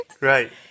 Right